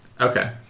Okay